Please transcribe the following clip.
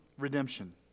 Redemption